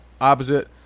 opposite